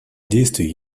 действий